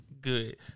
good